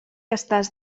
estàs